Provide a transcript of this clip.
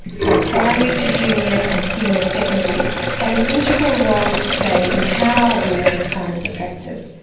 from primary to junior and senior secondary, have an integral role to play in how we make science attractive.